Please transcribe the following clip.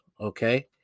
okay